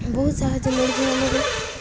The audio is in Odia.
ବହୁତ ସାହାଯ୍ୟ ମିଳିଥାଏ ଆମକୁ